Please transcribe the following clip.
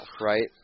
right